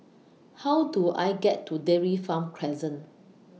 How Do I get to Dairy Farm Crescent